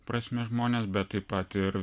prasme žmonės bet taip pat ir